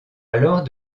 alors